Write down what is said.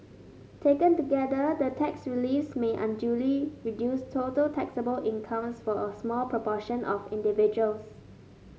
taken together the tax reliefs may unduly reduce total taxable incomes for a small proportion of individuals